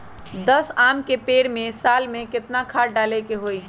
दस आम के पेड़ में साल में केतना खाद्य डाले के होई?